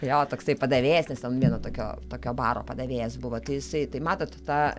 jo toksai padavėjas nes ten vieno tokio tokio baro padavėjas buvo tai jisai tai matot tą